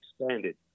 expanded